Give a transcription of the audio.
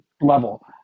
level